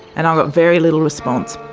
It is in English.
and i got very little response.